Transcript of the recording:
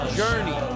journey